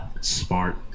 smart